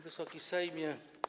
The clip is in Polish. Wysoki Sejmie!